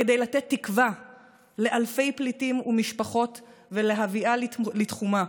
כדי לתת תקווה לאלפי פליטים ומשפחות ולהביאם לתחומה,